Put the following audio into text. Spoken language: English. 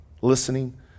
listening